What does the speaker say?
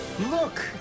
Look